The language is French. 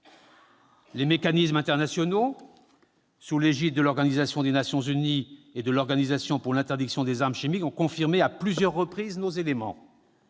Les mécanismes internationaux, sous l'égide de l'Organisation des Nations unies et de l'Organisation pour l'interdiction des armes chimiques, l'OIAC, ont confirmé, à plusieurs reprises, nos éléments.